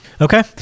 Okay